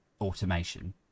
automation